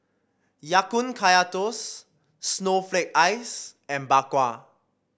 Ya Kun Kaya Toast Snowflake Ice and Bak Kwa